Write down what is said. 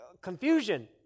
confusion